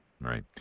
right